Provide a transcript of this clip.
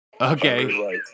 Okay